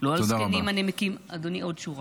-- לא על זקנים הנמקים -- אדוני, עוד שורה.